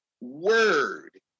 word